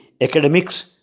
academics